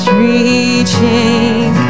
reaching